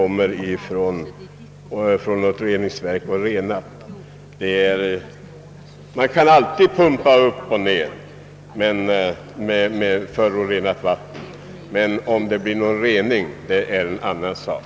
Man kan naturligtvis alltid pumpa förorenat vatten upp och ned igen, men om detta innebär någon rening av vattnet är en annan sak.